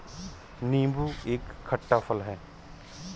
नीबू एक खट्टा फल है